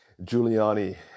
Giuliani